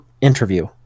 interview